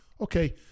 Okay